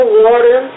water